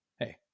hey